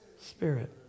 spirit